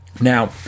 now